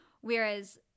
Whereas